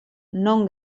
non